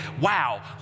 wow